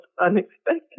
unexpected